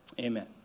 Amen